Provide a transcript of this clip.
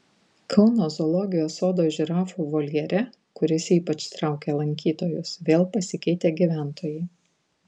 kauno zoologijos sodo žirafų voljere kuris ypač traukia lankytojus vėl pasikeitė gyventojai